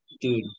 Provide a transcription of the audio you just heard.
dude